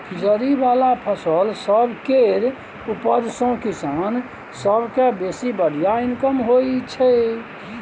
जरि बला फसिल सब केर उपज सँ किसान सब केँ बेसी बढ़िया इनकम होइ छै